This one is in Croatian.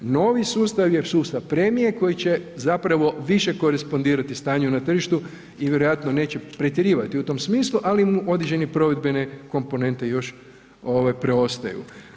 Novi sustav je sustav premije koji će zapravo više korespondirati stanju na tržištu i vjerojatno neće pretjerivati u tom smislu, ali mu određene provedbene komponente još preostaju.